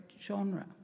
genre